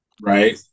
right